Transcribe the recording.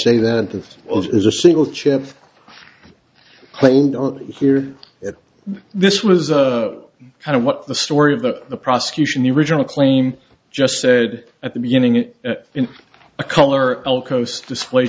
say that this is a single chip plane here at this was a kind of what the story of the the prosecution the original claim just said at the beginning it in a color l coast display